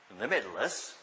limitless